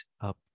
up